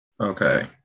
Okay